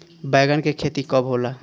बैंगन के खेती कब होला?